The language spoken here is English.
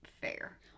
fair